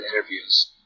interviews